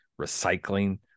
recycling